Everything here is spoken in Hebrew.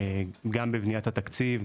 גם בבניית התקציב,